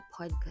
podcast